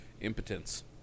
impotence